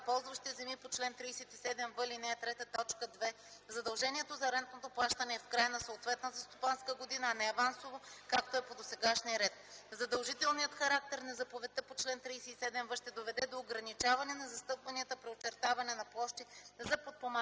ползващи земи по чл. 37в, ал. 3, т. 2 задължението за рентното плащане е в края на съответната стопанска година, а не авансово, както е по досегашния ред. Задължителният характер на заповедта по чл. 37в ще доведе до ограничаване на застъпванията при очертаване на площи за подпомагане от